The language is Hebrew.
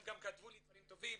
הם גם כתבו לי דברים טובים.